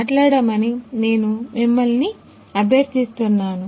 మాట్లాడమని నేను మిమ్మల్ని అభ్యర్థిస్తున్నాను